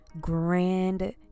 grand